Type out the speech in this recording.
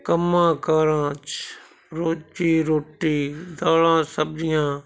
ਕੰਮਾਂ ਕਾਰਾਂ 'ਚ ਰੋਜ਼ੀ ਰੋਟੀ ਦਾਲਾਂ ਸਬਜ਼ੀਆਂ